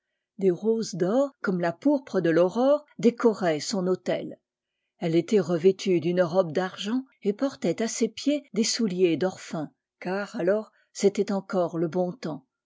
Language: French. des roses d'or comme la pourpre de l'aurore décoraient son autel elle était revêtue d'une robe d'argent et portait à ses pieds des souliers d'or fin car alors c'était encore le bon temps